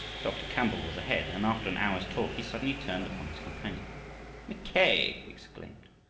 dr. campbell was ahead, and after an hour's talk he suddenly turned upon his companion mackay! he exclaimed,